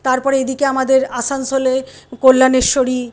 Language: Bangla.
তারপরে এইদিকে আমাদের আসানসোলে কল্যানেশ্বরী